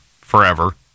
forever